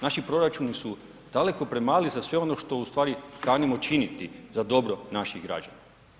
Naši proračuni su daleko premali za sve ono što ustvari kanimo činiti za dobro naših građana.